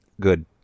good